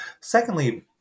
secondly